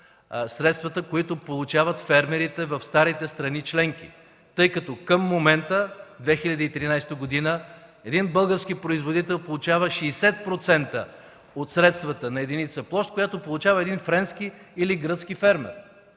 средствата, които получават фермерите в старите страни членки, тъй като към момента – 2013 г., един български производител получава 60% от средствата на единица площ, която получава френски или гръцки фермер.